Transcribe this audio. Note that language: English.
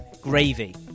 Gravy